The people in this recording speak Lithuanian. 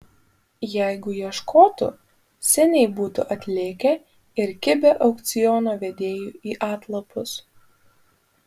jeigu ieškotų seniai būtų atlėkę ir kibę aukciono vedėjui į atlapus